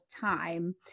time